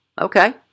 okay